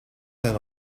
del